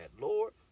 Lord